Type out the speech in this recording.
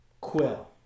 Quill